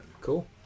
Cool